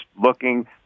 looking